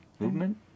Movement